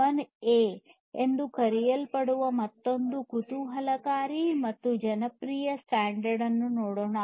11 A ಎಂದು ಕರೆಯಲ್ಪಡುವ ಮತ್ತೊಂದು ಕುತೂಹಲಕಾರಿ ಮತ್ತು ಜನಪ್ರಿಯ ಸ್ಟ್ಯಾಂಡರ್ಡ್ ಅನ್ನು ನೋಡೋಣ